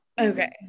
okay